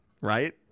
Right